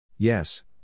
Yes